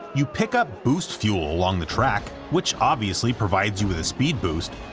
you pick up boost fuel along the track, which obviously provides you with a speed boost,